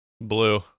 Blue